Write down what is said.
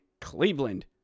Cleveland